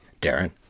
Darren